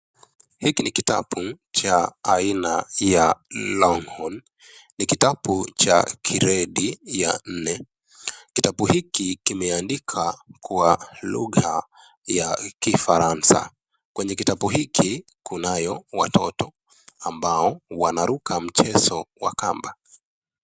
Hiki ni kitabu cha aina ya Longhorn, ni kitabu cha gradi ya nne. Kitabu hiki kimeandika kwa lugha ya kifaransa kwenye kitabu hiki kunayo watoto ambao wanaruka mchezo wa kamba.